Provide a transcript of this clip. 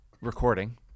recording